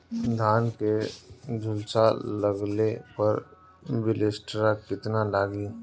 धान के झुलसा लगले पर विलेस्टरा कितना लागी?